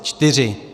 Čtyři!